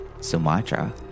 Sumatra